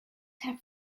have